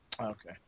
Okay